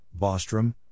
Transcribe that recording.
Bostrom